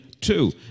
two